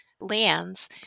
lands